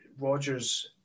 Rogers